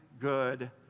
good